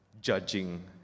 judging